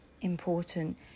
important